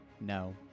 No